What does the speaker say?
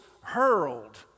hurled